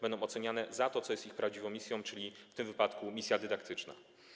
Będą oceniane za to, co jest ich prawdziwą misją, czyli w tym wypadku misję dydaktyczną.